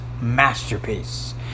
masterpiece